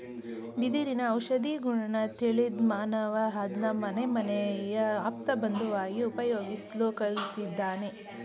ಬಿದಿರಿನ ಔಷಧೀಗುಣ ತಿಳಿದ್ಮಾನವ ಅದ್ನ ಮನೆಮನೆಯ ಆಪ್ತಬಂಧುವಾಗಿ ಉಪಯೋಗಿಸ್ಲು ಕಲ್ತಿದ್ದಾನೆ